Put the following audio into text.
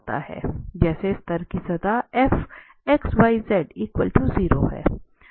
जैसे स्तर की सतह fxyz0 है